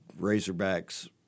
Razorbacks